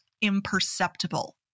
imperceptible